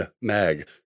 mag